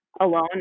alone